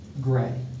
gray